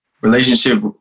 relationship